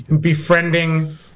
befriending